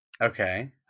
okay